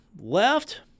left